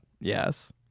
Yes